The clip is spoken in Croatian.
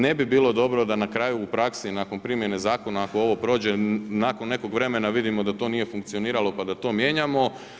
Ne bi bilo dobro da na kraju u praksi, nakon primjene zakona, ako ovo prođe, nakon nekog vremena vidimo da to nije funkcioniralo pa da to mijenjamo.